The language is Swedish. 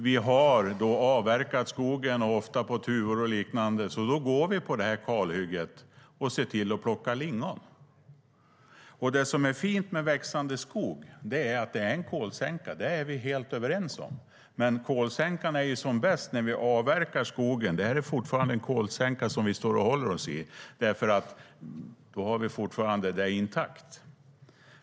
Vi har avverkat skogen ofta på tuvor och liknande. Vi går på kalhygget och ser till att plocka lingon. Det som är fint med växande skog är att det är en kolsänka. Det är vi helt överens om. Men kolsänkan är som bäst när vi avverkar skogen. Det är fortfarande en kolsänka vi håller oss i, eftersom vi fortfarande har det intakt.